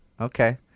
okay